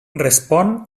respon